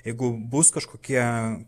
jeigu bus kažkokie